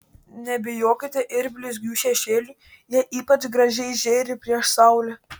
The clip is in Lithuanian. nebijokite ir blizgių šešėlių jie ypač gražiai žėri prieš saulę